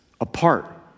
apart